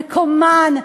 מקומן,